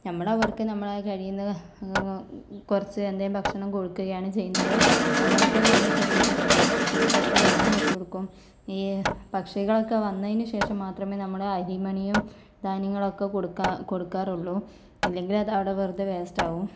നമ്മള് അവർക്ക് നമ്മളാൽ കഴിയുന്ന കുറച്ച് എന്തെങ്കിലും ഭക്ഷണം കൊടുക്കുകയാണ് ചെയ്യുന്നത് ഞങ്ങളൊക്കേന്ന് പറഞ്ഞാൽ ചെറിയ ഒരു പാത്രത്തില് കുറച്ച് വെള്ളം വച്ച് കൊടുക്കും ഈ പക്ഷികളൊക്കെ വന്നതിന് ശേഷം മാത്രമേ നമ്മള് അരിമണിയും ധാന്യങ്ങളൊക്കെ കൊടുക്കാ കൊടുക്കാറുള്ളൂ ഇല്ലെങ്കിൽ അത് അവിടെ വെറുതെ വേസ്റ്റാകും